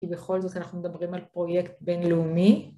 ובכל זאת אנחנו מדברים על פרויקט בינלאומי